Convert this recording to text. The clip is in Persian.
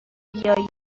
بیایید